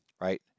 Right